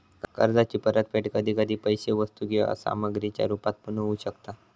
कर्जाची परतफेड कधी कधी पैशे वस्तू किंवा सामग्रीच्या रुपात पण होऊ शकता